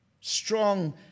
Strong